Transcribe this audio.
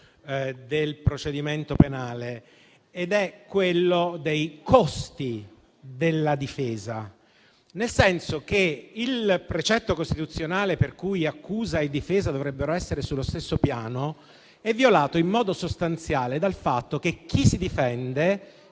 del procedimento penale, cioè quello dei costi della difesa. Il precetto costituzionale per cui accusa e difesa dovrebbero essere sullo stesso piano è infatti violato in modo sostanziale dal fatto che chi si difende